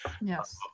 yes